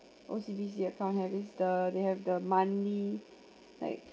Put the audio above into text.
O_C_B_C account have is the they have the monthly like